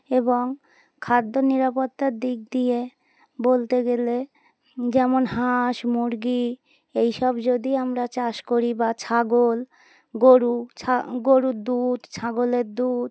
এবং খাদ্য নিরাপত্তার দিক দিয়ে বলতে গেলে যেমন হাঁস মুরগি এইসব যদি আমরা চাষ করি বা ছাগল গরু ছা গরুর দুধ ছাগলের দুধ